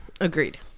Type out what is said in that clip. agreed